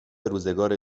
روزگار